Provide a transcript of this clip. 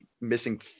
missing